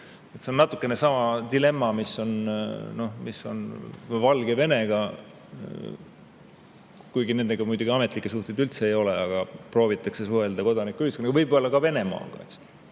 See on natukene samasugune dilemma, mis on Valgevenega, kuigi nendega muidugi ametlikke suhteid üldse ei ole, aga proovitakse suhelda kodanikuühiskonnaga. Võib-olla ka Venemaaga.